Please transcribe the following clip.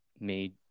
made